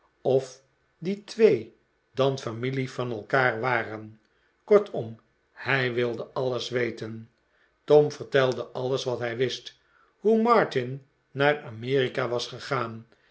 of die twee dan familie van elkaar waren kortom hij wilde alles weten tom vertelde alles wat hij wist hoe martin naar amerika was gegaan